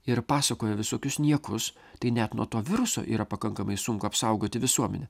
ir pasakoja visokius niekus tai net nuo to viruso yra pakankamai sunku apsaugoti visuomenę